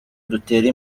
dutere